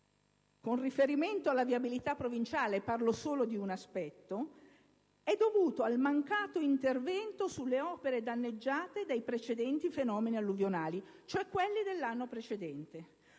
con riferimento alla viabilità provinciale - e mi riferisco solo ad un aspetto - è dovuto al mancato intervento sulle opere danneggiate dai precedenti fenomeni alluvionali, cioè quelli dell'anno precedente;